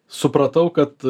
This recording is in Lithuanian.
supratau kad